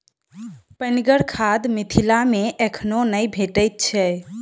पनिगर खाद मिथिला मे एखनो नै भेटैत छै